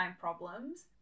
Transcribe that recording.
problems